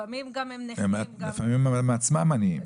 לפעמים הם עצמם עניים.